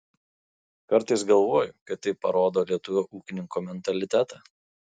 kartais galvoju kad tai parodo lietuvio ūkininko mentalitetą